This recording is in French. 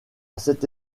cette